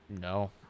No